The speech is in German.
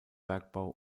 bergbau